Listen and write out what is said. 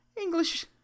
English